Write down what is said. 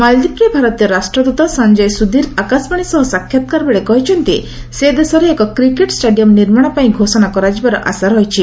ମାଳଦ୍ୱୀପରେ ଭାରତୀୟ ରାଷ୍ଟ୍ରଦୃତ ସଞ୍ଜୟ ସୁଧୀର ଆକାଶବାଣୀ ସହ ସାକ୍ଷାତ୍କାରବେଳେ କହିଛନ୍ତି ସେ ଦେଶରେ ଏକ କ୍ରିକେଟ୍ ଷ୍ଟାଡିୟମ୍ ନିର୍ମାଣ ପାଇଁ ଘୋଷଣା କରାଯିବାର ଆଶା ରହିଛି